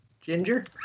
Ginger